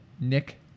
Nick